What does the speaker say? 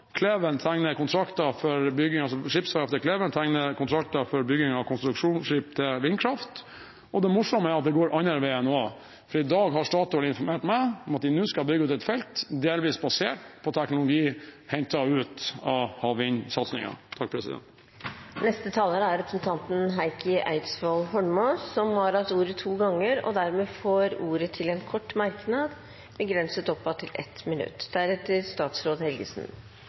skipsverftet Kleven inngår kontrakter for bygging av konstruksjonsskip til vindkraft, og det morsomme er at det går den andre veien også, for i dag har Statoil informert meg om at de skal bygge ut et felt delvis basert på teknologi hentet ut av havvindsatsingen. Representanten Heikki Eidsvoll Holmås har hatt ordet to ganger tidligere og får ordet til en kort merknad, begrenset til 1 minutt.